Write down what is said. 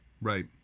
Right